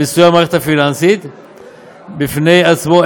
מסוים במערכת הפיננסית בפני עצמו,